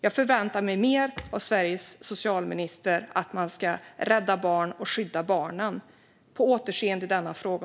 Jag förväntar mig mer av Sveriges socialminister - att man räddar och skyddar barnen. På återseende i denna fråga!